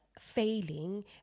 failing